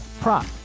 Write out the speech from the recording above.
prop